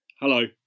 Hello